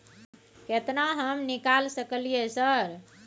केतना हम निकाल सकलियै सर?